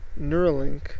Neuralink